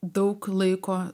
daug laiko